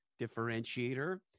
differentiator